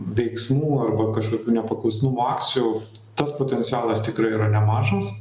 veiksmų arba kažkokių nepaklusnumo akcijų tas potencialas tikrai yra nemažas